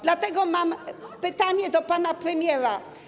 Dlatego mam pytanie do pana premiera.